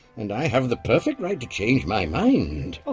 and i have the perfect right to change my mind.